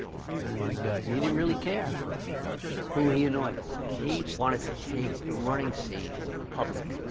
and and he didn't really care who he annoyed. he wanted to take the running scene public.